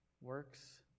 works